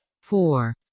four